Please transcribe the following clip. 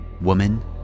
woman